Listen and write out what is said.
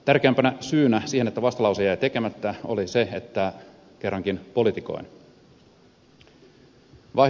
tärkeimpänä syynä siihen että vastalause jäi tekemättä oli se että kerrankin politikoin